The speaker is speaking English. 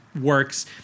works